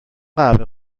قهوه